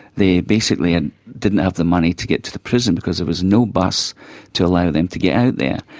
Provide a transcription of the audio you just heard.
they basically ah didn't have the money to get to the prison because there was no bus to allow them to get out there.